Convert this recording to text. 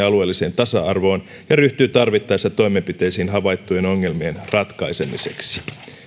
alueelliseen tasa arvoon ja ryhtyy tarvittaessa toimenpiteisiin havaittujen ongelmien ratkaisemiseksi